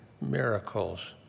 miracles